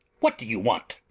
what do you want?